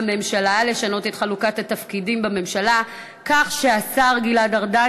הממשלה לשנות את חלוקת התפקידים בממשלה כך שהשר גלעד ארדן